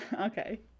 Okay